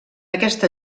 aquesta